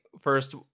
first